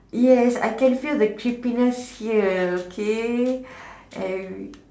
yes I can feel the creepiness here okay and